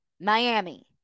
Miami